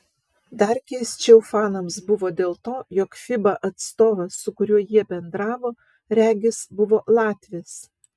dar keisčiau fanams buvo dėl to jog fiba atstovas su kuriuo jie bendravo regis buvo latvis